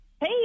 Hey